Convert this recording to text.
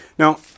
Now